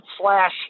slash